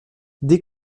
dès